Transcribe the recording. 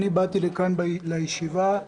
באתי לישיבה כאן,